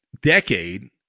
decade